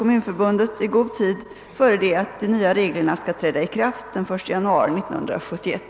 Kommunförbundet i god tid före det att de nya reglerna skall träda i kraft den 1 januari 1971.